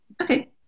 Okay